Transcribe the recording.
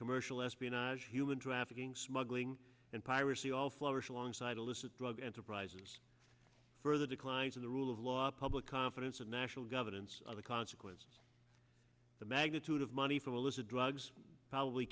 commercial espionage human trafficking smuggling and piracy all flowers alongside illicit drug enterprises further declines in the rule of law public confidence and national governance are the consequences the magnitude of money for melissa drugs probably